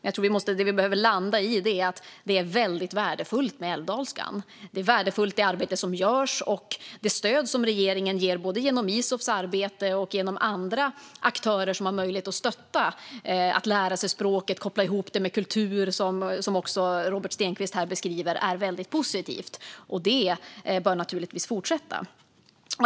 Jag tror att det vi behöver landa i är att älvdalskan är väldigt värdefull. Det är värdefullt, det arbete som görs och det stöd som regeringen ger både genom Isofs arbete och genom andra aktörer som har möjlighet att stötta. Att lära sig språket och koppla ihop det med kultur, som Robert Stenkvist beskriver, är väldigt positivt. Det arbetet bör naturligtvis fortsätta.